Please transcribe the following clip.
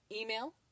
email